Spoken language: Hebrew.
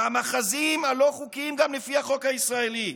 מהמאחזים הלא-חוקיים גם לפי החוק הישראלי,